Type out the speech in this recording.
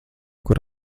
kur